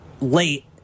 late